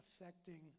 affecting